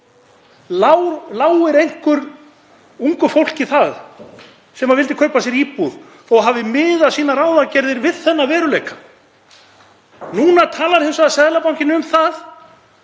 Láir einhver ungu fólki það, sem vildi kaupa sér íbúð, þótt það hafi miðað sínar ráðagerðir við þennan veruleika? Núna talar hins vegar Seðlabankinn um að